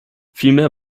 vielmehr